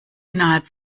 innerhalb